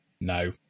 no